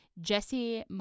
Jesse